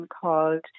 called